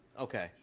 okay